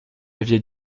aviez